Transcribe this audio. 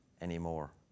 anymore